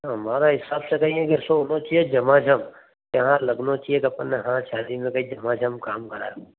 हमारा हिसाब से तो ये है कि ऐसा होना चाहिए झमाझम कि हाँ लगना चाहिए कि अपन ने हाँ शादी में कहीं झमाझम काम कराया